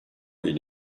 ile